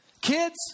kids